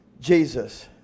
Jesus